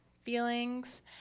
feelings